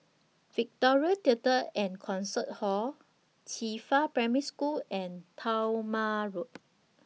Victoria Theatre and Concert Hall Qifa Primary School and Talma Road